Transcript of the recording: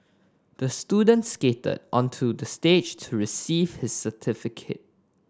the student skated onto the stage to receive his certificate